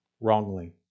wrongly